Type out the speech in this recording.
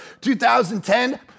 2010